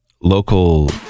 local